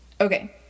Okay